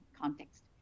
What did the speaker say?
context